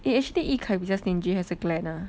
eh actually yikai 比较 stingy 还是 glen ah